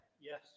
Yes